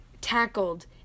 tackled